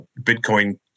Bitcoin